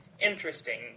interesting